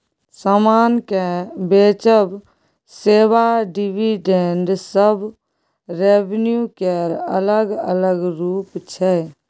समान केँ बेचब, सेबा, डिविडेंड सब रेवेन्यू केर अलग अलग रुप छै